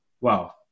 wow